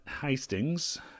Hastings